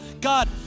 God